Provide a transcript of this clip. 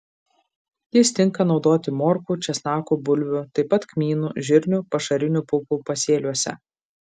jis tinka naudoti morkų česnakų bulvių taip pat kmynų žirnių pašarinių pupų pasėliuose